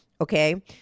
Okay